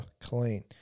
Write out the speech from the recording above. clean